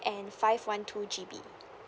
and five one two G_B